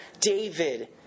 David